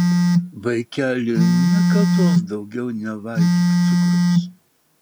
vaikeli niekados daugiau nevalgyk cukraus